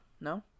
No